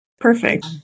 perfect